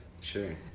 sure